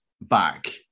back